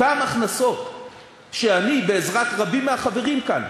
אותן הכנסות שאני, בעזרת רבים מהחברים כאן,